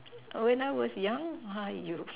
oh when I was young !haiyo!